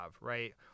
right